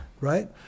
Right